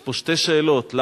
יש פה שתי שאלות: מצד אחד,